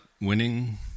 winning